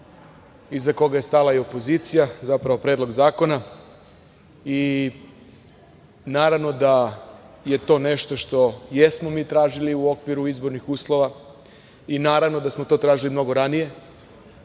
iza koga je stala i opozicija, zapravo Predlog zakona, i naravno da je to nešto što jesmo mi tražili u okviru izbornih uslova i naravno da smo to tražili mnogo ranije